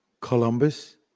Columbus